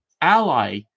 ally